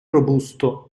robusto